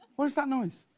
what is that noise?